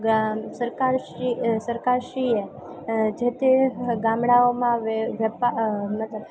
સરકારશ્રીએ જે તે ગામડાઓમાં મતલબ